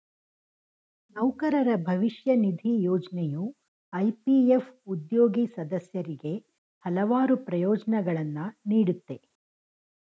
ನೌಕರರ ಭವಿಷ್ಯ ನಿಧಿ ಯೋಜ್ನೆಯು ಇ.ಪಿ.ಎಫ್ ಉದ್ಯೋಗಿ ಸದಸ್ಯರಿಗೆ ಹಲವಾರು ಪ್ರಯೋಜ್ನಗಳನ್ನ ನೀಡುತ್ತೆ